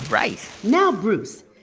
right now, bruce,